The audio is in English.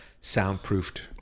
soundproofed